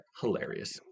hilarious